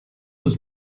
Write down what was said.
was